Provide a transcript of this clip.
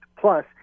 Plus